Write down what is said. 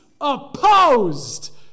opposed